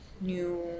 New